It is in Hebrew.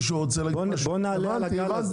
בוא נעלה על הגל הזה.